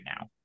now